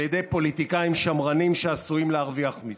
ידי פוליטיקאים שמרנים שעשויים להרוויח מזה,